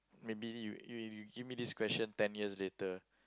maybe you you give me this question ten years later